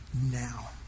now